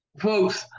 folks